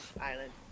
island